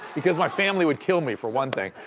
because my family would kill me for one thing,